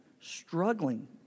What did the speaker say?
struggling